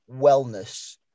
wellness